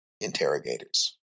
interrogators